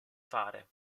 fare